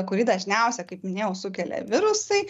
kurį dažniausia kaip minėjau sukelia virusai